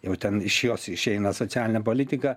jau ten iš jos išeina socialinė politika